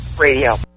radio